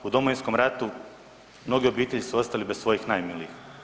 U Domovinskom ratu mnoge obitelji su ostale bez svojih najmilijih.